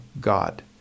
God